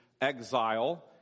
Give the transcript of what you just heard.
exile